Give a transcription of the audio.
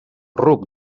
ruc